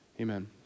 Amen